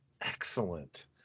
excellent